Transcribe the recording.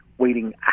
waiting